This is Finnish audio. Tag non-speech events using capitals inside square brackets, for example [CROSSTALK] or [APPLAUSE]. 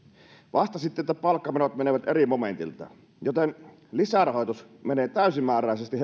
vastasitte että palkkamenot menevät eri momentilta joten lisärahoitus menee täysimääräisesti [UNINTELLIGIBLE]